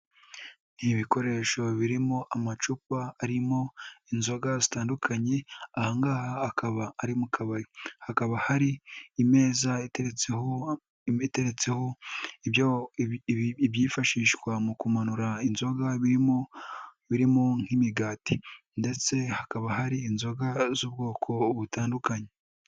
Ni ibikoresho birimo amacupa arimo inzoga zitandukanye aha ngaha akaba ari mu kabari, hakaba hari imeza iteretsweho imwe iteretseho ibyifashishwa mu kumanura inzoga birimo, birimo nk'imigati ndetse hakaba hari inzoga z'ubwoko butandukanye.